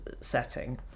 setting